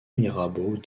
mirabeau